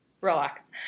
relax